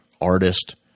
artist